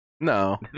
No